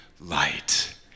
light